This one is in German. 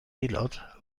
elert